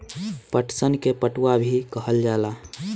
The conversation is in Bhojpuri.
पटसन के पटुआ भी कहल जाला